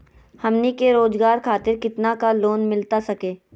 हमनी के रोगजागर खातिर कितना का लोन मिलता सके?